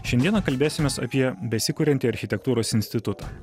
šiandieną kalbėsimės apie besikuriantį architektūros institutą